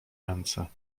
ręce